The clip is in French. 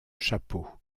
chapeau